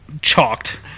chalked